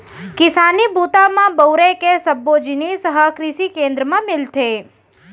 किसानी बूता म बउरे के सब्बो जिनिस ह कृसि केंद्र म मिलथे